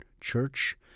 Church